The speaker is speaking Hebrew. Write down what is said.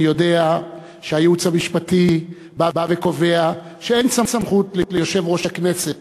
אני יודע שהייעוץ המשפטי בא וקובע שאין סמכות ליושב-ראש הכנסת